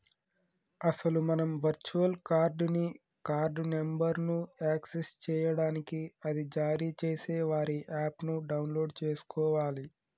అసలు మనం virtual card ని కార్డు నెంబర్ను యాక్సెస్ చేయడానికి అది జారీ చేసే వారి యాప్ ను డౌన్లోడ్ చేసుకోవాలి